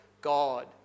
God